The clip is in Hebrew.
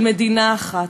של מדינה אחת.